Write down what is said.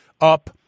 up